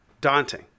daunting